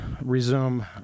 resume